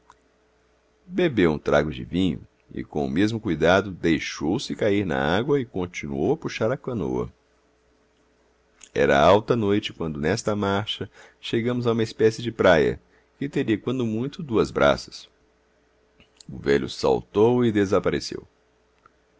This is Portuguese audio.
bebeu um trago de vinho e com o mesmo cuidado deixou-se cair n'água e continuou a puxar a canoa era alta noite quando nesta marcha chegamos a uma espécie de praia que teria quando muito duas braças o velho saltou e desapareceu